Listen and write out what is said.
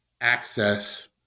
access